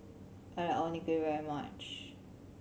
I like Onigiri very much